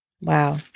Wow